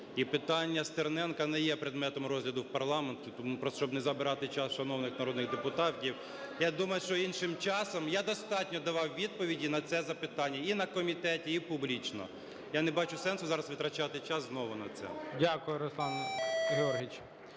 і питання Стерненка не є предметом розгляду парламенту, просто щоб не забирати час шановних народних депутатів, я думаю, що іншим часом. Я достатньо давав відповіді на це запитання і на комітеті, і публічно. Я не бачу сенсу зараз витрачати час знову на це. ГОЛОВУЮЧИЙ. Дякую, Руслан Георгійович.